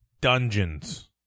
Dungeons